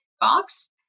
box